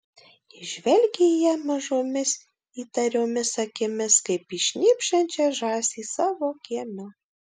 jis žvelgė į ją mažomis įtariomis akimis kaip į šnypščiančią žąsį savo kieme